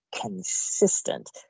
consistent